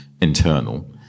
internal